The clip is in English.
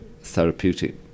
therapeutic